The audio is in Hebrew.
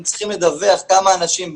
הם צריכים לדווח כמה אנשים באו,